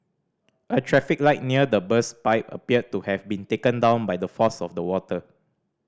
a traffic light near the burst pipe appeared to have been taken down by the force of the water